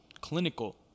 clinical